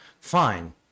fine